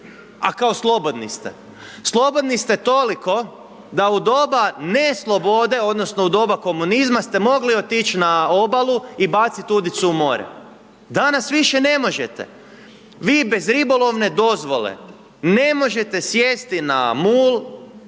A kao slobodni ste. Slobodni ste toliko da u doba neslobode odnosno u doba komunizma ste mogli otići na obalu i bacit udicu u more. Danas više ne možete. Vi bez ribolovne dozvole ne možete sjesti na mol,